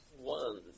One